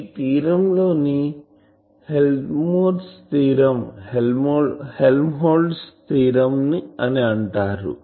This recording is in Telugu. ఈ ధీరం ని హెల్మ్హో ధీరం అని అంటారు